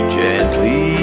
gently